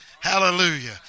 Hallelujah